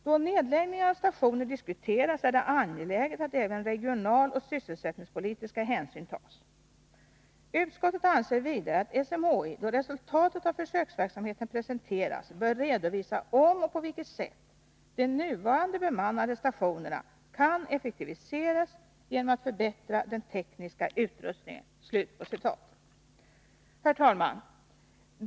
Då nedläggningar av stationer diskuteras är det angeläget att även regionaloch sysselsättningspolitiska hänsyn tas. Utskottet anser vidare att SMHI då resultatet av försöksverksamheten presenteras bör redovisa om och på vilket sätt de nuvarande bemannade stationerna kan effektiviseras genom att förbättra den tekniska utrustningen.” Herr talman!